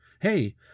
Hey